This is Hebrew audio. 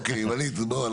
אוקיי, ווליד, בוא.